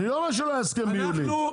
אני לא אומר שלא היה הסכם ביולי אבל